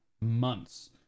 months